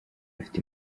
afite